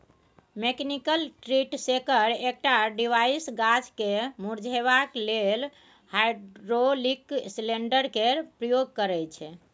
mechanical tree shaker एकटा device गाछ केँ मुरझेबाक लेल हाइड्रोलिक सिलेंडर केर प्रयोग करय छै